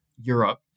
Europe